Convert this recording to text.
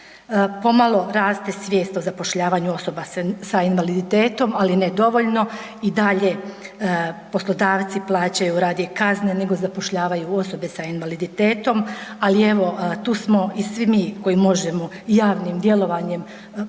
Pomalo raste svijest o zapošljavanju osoba sa invaliditetom ali ne dovoljno, i dalje poslodavci plaćaju radije kazne nego zapošljavaju osobe sa invaliditetom ali evo, tu smo i svi mi koji možemo javnim djelovanjem pokušati